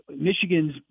Michigan's